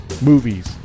Movies